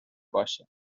باشه